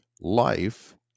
life